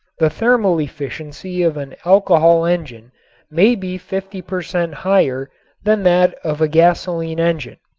the thermal efficiency of an alcohol engine may be fifty per cent. higher than that of a gasoline engine.